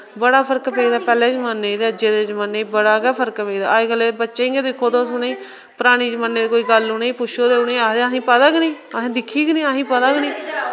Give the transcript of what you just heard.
बड़ा फर्क पेई गेदा पैह्ले दे जमान्ने च ते अज्जै दे जमान्ने च बड़ा गै फर्क पेई गेदा अज्ज कल्लै दे बच्चें गै दिक्खो तुस उ'नेंगी पराने जमान्ने दे कोई गल्ल उ'नेंई पुच्छो ते उ'नेंई आखदे असें पता गै नेईं असें दिक्खी गै नेईं असें पता गै नेईं